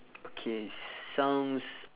okay sounds